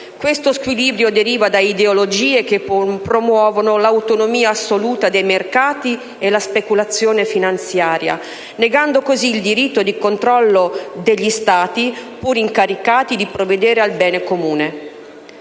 Questo squilibrio deriva da ideologie che promuovono l'autonomia assoluta dei mercati e la speculazione finanziaria, negando così il diritto di controllo degli Stati, pur incaricati di provvedere al bene comune.